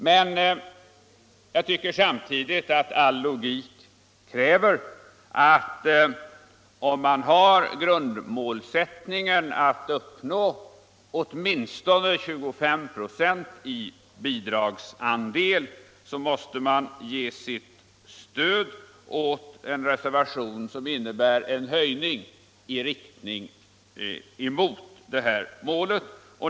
Men jag tycker samtidigt att all logik kräver att om man har grundmålsättningen att uppnå åtminstone 25 96 i bidragsandel, då måste man ge sitt stöd åt en reservation som innebär en höjning i riktning mot det målet.